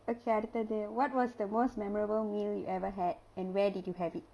okay அடுத்தது:aduthadhu what was the most memorable meal you ever had and where did you have it